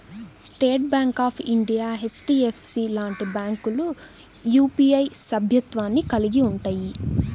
state Bank of India, HDFC లాంటి బ్యాంకులు UPI సభ్యత్వాన్ని కలిగి ఉంటయ్యి